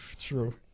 True